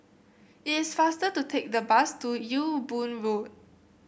it is faster to take the bus to Ewe Boon Road